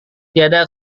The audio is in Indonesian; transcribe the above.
tiada